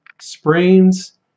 sprains